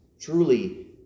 Truly